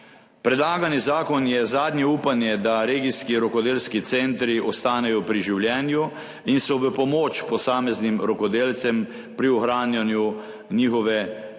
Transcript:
»Predlagani zakon je zadnje upanje, da regijski rokodelski centri ostanejo pri življenju in so v pomoč posameznim rokodelcem pri ohranjanjunjihove